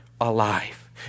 alive